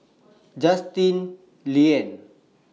Justin Lean